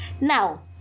Now